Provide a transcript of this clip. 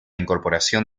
incorporación